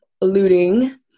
alluding